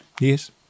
Yes